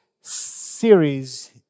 series